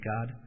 God